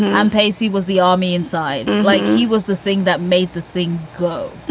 and um pacey was the army inside, like he was the thing that made the thing go.